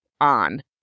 on